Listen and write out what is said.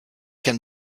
can